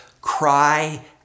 cry